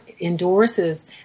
endorses